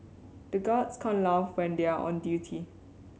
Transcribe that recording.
the guards can't laugh when they are on duty